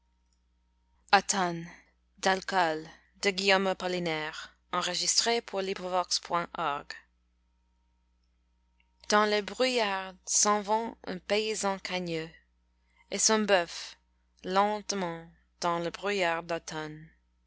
dans le brouillard s'en vont un paysan cagneux et son bœuf lentement dans le brouillard